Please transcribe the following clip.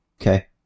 okay